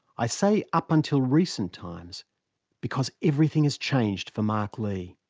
i say up until recent times because everything has changed for mark lee.